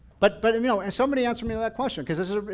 but but um you know and somebody answer me on that question because this is,